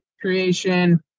creation